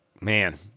man